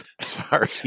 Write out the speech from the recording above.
Sorry